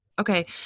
Okay